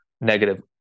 negative